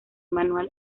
manual